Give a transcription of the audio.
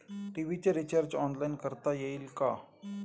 TV चे recharge online करता येईल का?